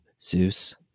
Zeus